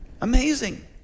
Amazing